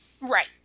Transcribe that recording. Right